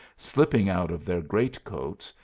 slipping out of their great-coats,